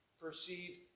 perceive